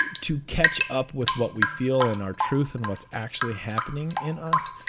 to catch up with what we feel in our truth and what's actually happening in us.